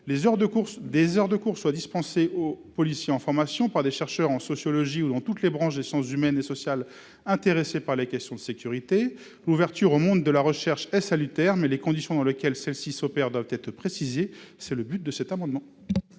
des heures de cours soient dispensées aux policiers en formation par des chercheurs en sociologie ou en toute autre branche des sciences humaines et sociales ayant rapport avec les questions de sécurité. L'ouverture au monde de la recherche est salutaire, mais les conditions dans lesquelles celle-ci s'opère doivent être précisées. Quel est l'avis de